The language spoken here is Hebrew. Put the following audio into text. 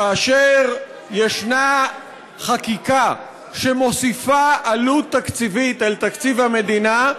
כאשר יש חקיקה שמוסיפה עלות תקציבית על תקציב המדינה,